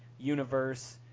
universe